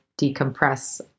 decompress